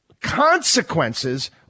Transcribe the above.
consequences